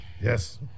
Yes